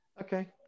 Okay